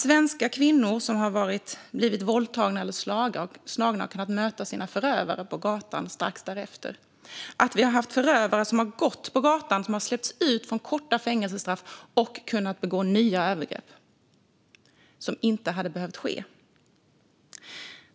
Svenska kvinnor som blivit våldtagna eller slagna har kunnat möta sina förövare på gatan strax därefter. Förövare har släppts ut på gatan efter korta fängelsestraff och kunnat begå nya övergrepp som inte hade behövt ske.